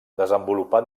desenvolupà